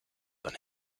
than